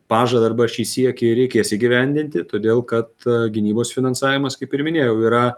pažadą arba šį siekį reikės įgyvendinti todėl kad gynybos finansavimas kaip ir minėjau yra